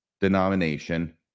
denomination